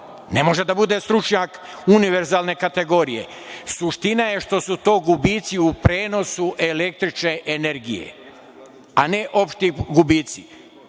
Ne može da bude stručnjak univerzalne kategorije. Suština je što su to gubici u prenosu električne energije, a ne opšti gubici